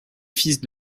fils